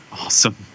Awesome